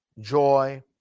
joy